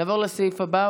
נעבור לסעיף הבא,